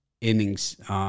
innings